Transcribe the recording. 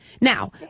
Now